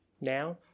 now